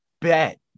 bet